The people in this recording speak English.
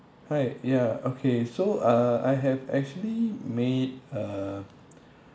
hi ya okay so uh I have actually made a